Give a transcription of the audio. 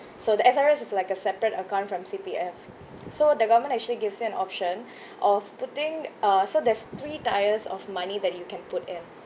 so the S_R_S is like a separate account from C_P_F so the government actually gives you an option of putting uh so there's three tiers of money that you can put in